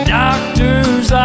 doctor's